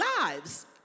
lives